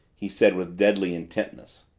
he said with deadly intentness.